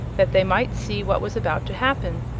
that they might see what was about to happen.